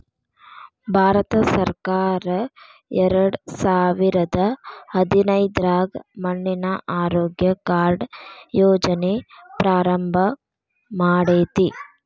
ಭಾರತಸರ್ಕಾರ ಎರಡಸಾವಿರದ ಹದಿನೈದ್ರಾಗ ಮಣ್ಣಿನ ಆರೋಗ್ಯ ಕಾರ್ಡ್ ಯೋಜನೆ ಪ್ರಾರಂಭ ಮಾಡೇತಿ